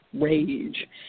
rage